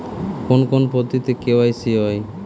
কোন কোন পদ্ধতিতে কে.ওয়াই.সি হয়?